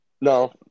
No